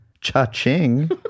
Cha-ching